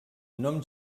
nom